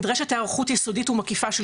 "...נדרשת היערכות יסודית ומקיפה של